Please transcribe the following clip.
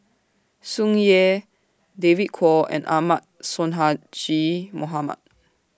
Tsung Yeh David Kwo and Ahmad Sonhadji Mohamad